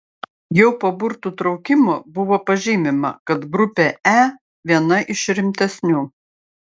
jau po burtų traukimo buvo pažymima kad grupė e viena iš rimtesnių